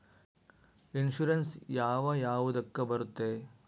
Insurance ಯಾವ ಯಾವುದಕ್ಕ ಬರುತ್ತೆ?